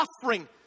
suffering